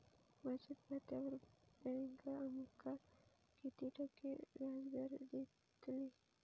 बचत खात्यार बँक आमका किती टक्के व्याजदर देतली?